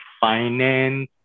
finance